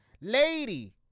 Lady